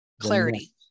clarity